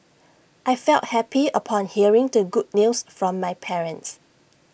I felt happy upon hearing the good news from my parents